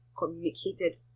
communicated